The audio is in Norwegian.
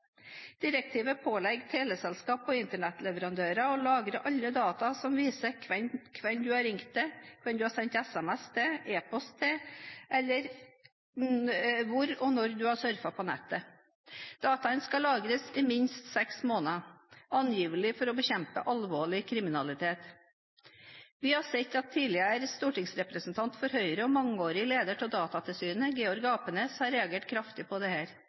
Direktivet pålegger teleselskap og Internett-leverandører å lagre alle data som viser hvem du har ringt til, sendt SMS til eller e-post til eller hvor og når du har surfet på Internett. Dataene skal lagres i minst seks måneder, angivelig for å bekjempe alvorlig kriminalitet. Vi har sett at tidligere stortingsrepresentant for Høyre og mangeårig leder av Datatilsynet, Georg Apenes, har reagert kraftig på dette. Han har uttalt: «Det blir som å lagre høystakker for det